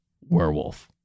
werewolf